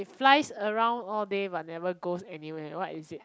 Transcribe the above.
lies around all day but never goes any where what is it